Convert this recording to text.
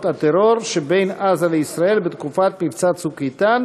הטרור שבין עזה לישראל בתקופת מבצע "צוק איתן"